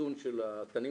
מועברת לבני אדם,